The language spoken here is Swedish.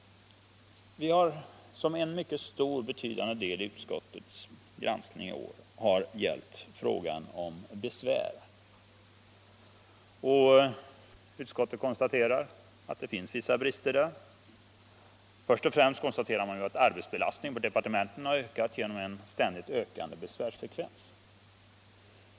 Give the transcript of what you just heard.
En mycket betydande del av utskottets granskning i år har gällt frågan om besvär. Utskottet konstaterar att det finns vissa brister där. Först och främst konstateras att arbetsbelastningen på departementen har ökat genom en ständigt ökande besvärsfrekvens.